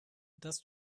dass